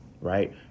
right